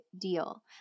deal